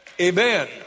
Amen